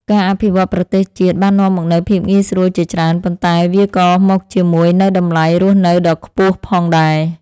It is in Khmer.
ការអភិវឌ្ឍប្រទេសជាតិបាននាំមកនូវភាពងាយស្រួលជាច្រើន ប៉ុន្តែវាក៏មកជាមួយនូវតម្លៃរស់នៅដ៏ខ្ពស់ផងដែរ។